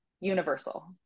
universal